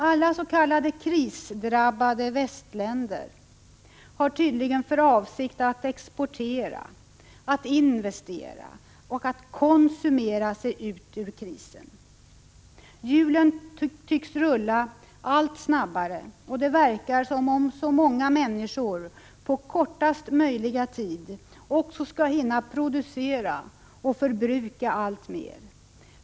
Alla s.k. krisdrabbade västländer har tydligen för avsikt att exportera, att investera och att konsumera sig ut ur krisen. Hjulen tycks rulla allt snabbare, och det verkar som om så många människor som möjligt på kortaste möjligaste tid skall hinna producera och förbruka alltmer.